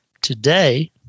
Today